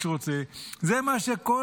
רק מה שסמוטריץ' רוצה.